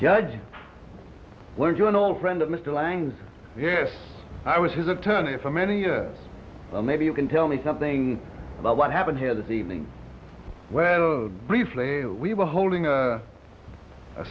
judge learned you an old friend of mr lang's yes i was his attorney for many years so maybe you can tell me something about what happened here this evening well briefly we were holding a